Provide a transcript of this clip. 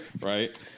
right